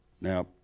Now